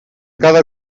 cada